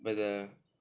but the